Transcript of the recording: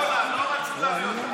כמה אוקראינים נכנסו היום לארץ,